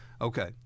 Okay